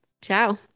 Ciao